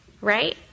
right